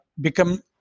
become